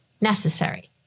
necessary